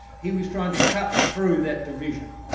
he was trying to cut through that division.